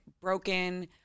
broken